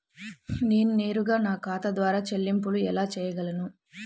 నేను నేరుగా నా ఖాతా ద్వారా చెల్లింపులు ఎలా చేయగలను?